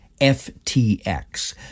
FTX